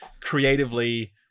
creatively